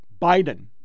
Biden